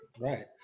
Right